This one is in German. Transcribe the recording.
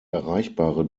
erreichbare